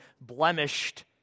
blemished